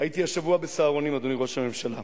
הייתי השבוע ב"סהרונים", אדוני ראש הממשלה,